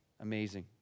amazing